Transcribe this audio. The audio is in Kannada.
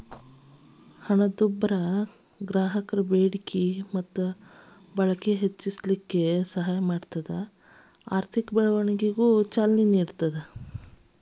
ಹಣದುಬ್ಬರ ಗ್ರಾಹಕರ ಬೇಡಿಕೆ ಮತ್ತ ಬಳಕೆ ಹೆಚ್ಚಿಸಲಿಕ್ಕೆ ಸಹಾಯ ಮಾಡ್ತದ ಆರ್ಥಿಕ ಬೆಳವಣಿಗೆಗ ಚಾಲನೆ ನೇಡ್ತದ